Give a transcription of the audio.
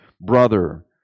brother